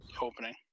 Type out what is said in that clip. opening